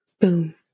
boom